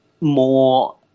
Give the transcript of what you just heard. more